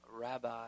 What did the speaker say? Rabbi